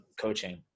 coaching